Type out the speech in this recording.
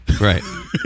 right